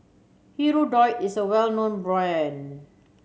Hirudoid is a well known brand